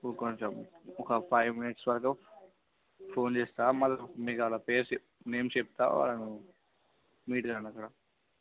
ఇప్పుడు కొంచెం ఒక ఫైవ్ మినిట్స్ వరకు ఫోన్ చేస్తాను మళ్ళీ మీకాడ పేరు చెప్పి నేమ్ చెప్తాను వాళ్ళను మీట్కండి అక్కడ